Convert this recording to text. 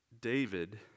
David